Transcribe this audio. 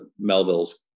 Melville's